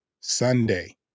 Sunday